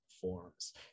forms